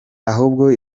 ahubwo